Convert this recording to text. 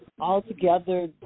altogether